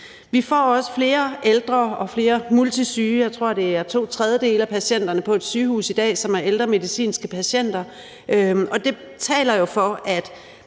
Vi får også flere ældre og flere multisyge, og jeg tror, det i dag er to tredjedele af patienterne på et sygehus, som er ældre medicinske patienter. Det taler jo for, at